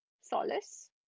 solace